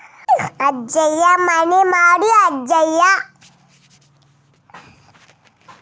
ಅಕ್ಕಿ ಮಾಡಿದ ಫಸಲನ್ನು ಪುಡಿಮಾಡಲು ಯಾವ ರೂಟರ್ ಚೆನ್ನಾಗಿ ಕೆಲಸ ಮಾಡತೈತ್ರಿ?